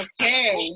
Okay